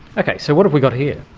okay, so what have we got here?